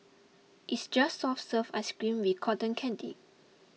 it's just soft serve ice cream with cotton candy